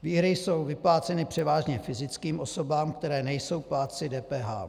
Výhry jsou vypláceny převážně fyzickým osobám, které nejsou plátci DPH.